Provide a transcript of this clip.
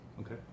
Okay